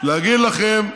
להגיד לכם,